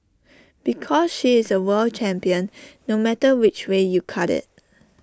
because she is A world champion no matter which way you cut IT